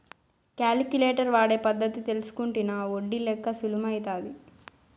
calculator వాడే పద్ధతి తెల్సుకుంటినా ఒడ్డి లెక్క సులుమైతాది